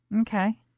Okay